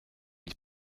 gli